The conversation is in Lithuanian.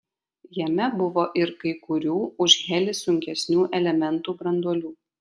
jame buvo ir kai kurių už helį sunkesnių elementų branduolių